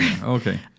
Okay